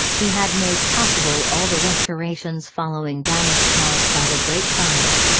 he had made possible all the restorations following damage caused by the great fire.